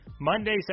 Monday